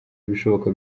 ibishoboka